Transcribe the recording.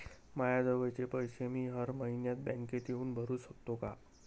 मायाजवळचे पैसे मी हर मइन्यात बँकेत येऊन भरू सकतो का?